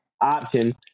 option